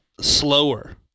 slower